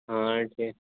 ہاں ٹھیک ہے